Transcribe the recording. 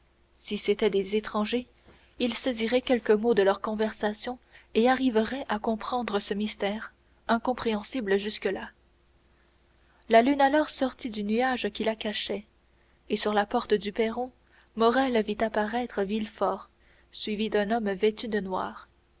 si c'étaient des étrangers il saisirait quelques mots de leur conversation et arriverait à comprendre ce mystère incompréhensible jusque-là la lune alors sortit du nuage qui la cachait et sur la porte du perron morrel vit apparaître villefort suivi d'un homme vêtu de noir